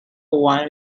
one